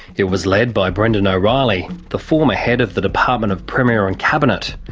it was led by brendan o'reilly, the former head of the department of premier and cabinet,